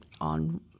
on